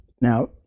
now